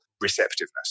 receptiveness